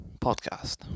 podcast